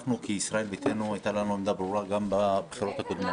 אנחנו כישראל ביתנו הייתה לנו עמדה ברורה גם בבחירות הקודמות.